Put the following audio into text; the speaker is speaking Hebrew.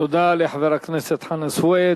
תודה לחבר הכנסת חנא סוייד.